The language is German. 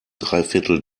dreiviertel